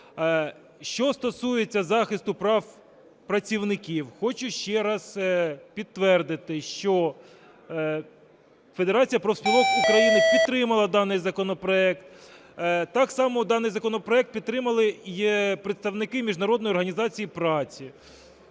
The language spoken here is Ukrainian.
Що стосується захисту прав працівників, хочу ще раз підтвердити, що Федерація профспілок України підтримала даний законопроект. Так само даний законопроект підтримали і представники Міжнародної організації праці.